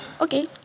Okay